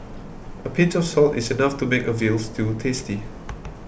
a pinch of salt is enough to make a Veal Stew tasty